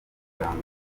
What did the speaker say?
magambo